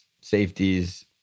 safeties